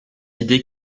idées